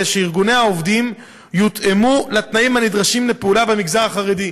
שארגוני העובדים יותאמו לתנאים הנדרשים לפעולה במגזר החרדי,